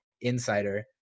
insider